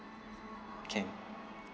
can